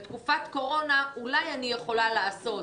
בתקופת קורונה אולי אני יכולה לעשות